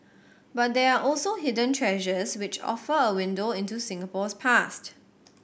but there are also hidden treasures which offer a window into Singapore's past